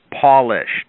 polished